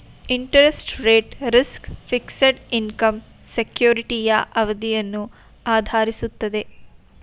interest rate risk, fixed income ಸೆಕ್ಯೂರಿಟಿಯ ಅವಧಿಯನ್ನು ಆಧರಿಸಿರುತ್ತದೆ